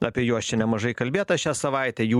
apie juos čia nemažai kalbėta šią savaitę jų